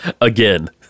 Again